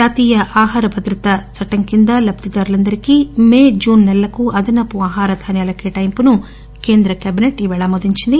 జాతీయ ఆహార భద్రతా చట్టం కింద లబ్దిదారులందరికీ మే జున్ నెలలకి అదనపు ఆహార ధాన్యాల కేటాయింపును కేంద్ర కాబిసెట్ ఈరోజు ఆమోదించింది